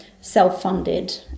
self-funded